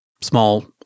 small